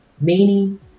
meaning